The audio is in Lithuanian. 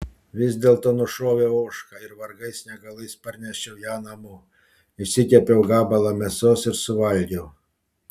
vis dėlto nušoviau ožką ir vargais negalais parnešiau ją namo išsikepiau gabalą mėsos ir suvalgiau